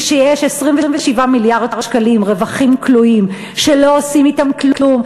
כי כשיש 27 מיליארד שקלים רווחים כלואים שלא עושים אתם כלום,